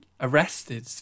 arrested